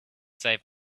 save